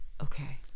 Okay